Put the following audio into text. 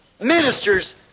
Ministers